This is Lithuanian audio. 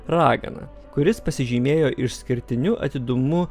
ragana kuris pasižymėjo išskirtiniu atidumu